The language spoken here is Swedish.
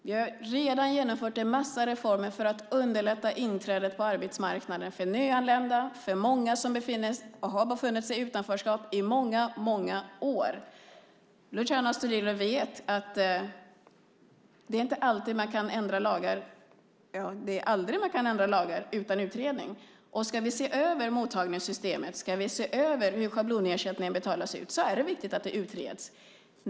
Vi har redan genomfört en massa reformer för att underlätta inträdet på arbetsmarknaden för nyanlända och för många som har befunnit sig i utanförskap i många år. Luciano Astudillo vet att man inte kan ändra lagar utan utredning. Ska vi se över mottagningssystemet och hur schablonersättningen betalas ut är det viktigt att det utreds.